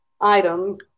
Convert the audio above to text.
items